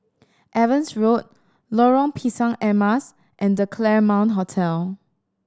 Evans Road Lorong Pisang Emas and The Claremont Hotel